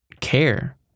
care